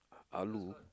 Ah-Loo